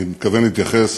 ואני מתכוון להתייחס